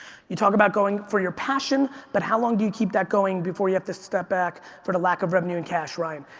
you talk about going for your passion but how long do you keep that going before you have to step back for the lack of revenue and cash? ryan.